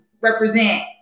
represent